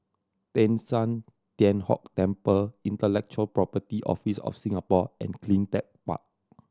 Teng San Tian Hock Temple Intellectual Property Office of Singapore and Cleantech Park